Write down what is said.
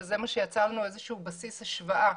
וזה מה שיצר לנו בסיס להשוואה,